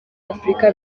afurika